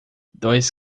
dois